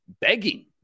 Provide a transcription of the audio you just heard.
begging